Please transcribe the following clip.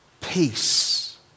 peace